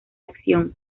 acción